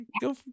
Go